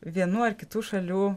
vienų ar kitų šalių